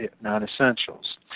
non-essentials